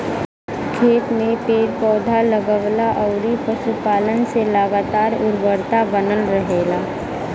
खेत में पेड़ पौधा, लगवला अउरी पशुपालन से लगातार उर्वरता बनल रहेला